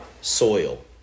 soil